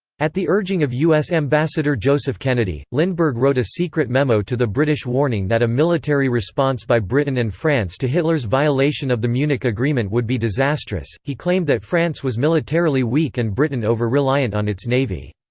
at the urging of u s. ambassador joseph kennedy, lindbergh wrote a secret memo to the british warning that a military response by britain and france to hitler's violation of the munich agreement would be disastrous he claimed that france was militarily weak and britain over-reliant on its navy.